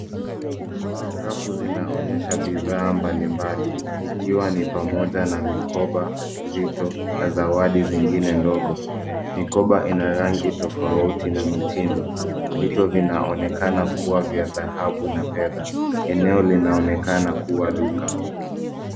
Rafu zinaonyesha bidhaa mbalimbali ikiwa ni pamoja na mikoba, vito na zawadi zingine ndogo. Mikoba ina rangi tofauti na mitindo. Vito vinaonekana kuwa vya dhahabu na fedha. Eneo linaonekana kuwa duka.